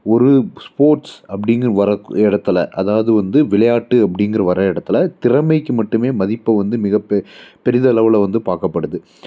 ஒரு ஸ்போர்ட்ஸ் அப்படிங்கு வரக் இடத்துல அதாவது வந்து விளையாட்டு அப்படிங்குற வர இடத்துல திறமைக்கு மட்டுமே மதிப்பை வந்து மிகப்பெ பெரிதளவில் வந்து பார்க்கப்படுது